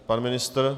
Pan ministr?